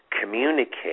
communicate